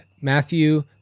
Matthew